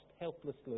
helplessly